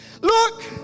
look